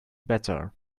better